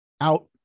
out